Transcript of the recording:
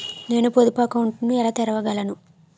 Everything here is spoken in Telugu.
నేను పొదుపు అకౌంట్ను ఎలా తెరవగలను?